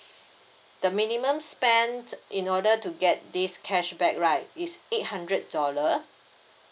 the minimum spend in order to get this cashback right is eight hundred dollar